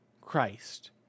Christ